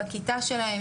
בכיתה שלהם,